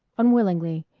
unwillingly,